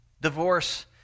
Divorce